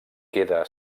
queda